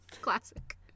Classic